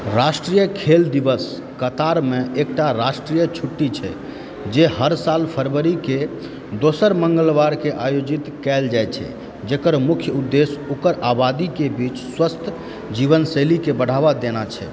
राष्ट्रीय खेल दिवस कतारमे एकटा राष्ट्रीय छुट्टी छै जे हर साल फरवरीके दोसर मङ्गलवारके आयोजित कैल जाइ छै जेकर मुख्य उद्देश्य ओकर आबादीके बीच स्वस्थ जीवन शैलीके बढ़ावा देना छै